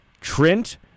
Trent